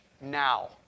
now